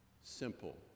simple